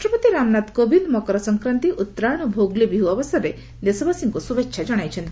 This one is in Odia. ରାଷ୍ଟ୍ରପତି ରାମନାଥ କୋବିନ୍ଦ ମକର ସଂକ୍ରାନ୍ତି ଉତ୍ତରାୟଣ ଓ ଭୋଗଲି ବିହୁ ଅବସରରେ ଦେଶବାସୀଙ୍କୁ ଶୁଭେଛା ଜଣାଇଛନ୍ତି